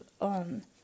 on